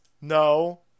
No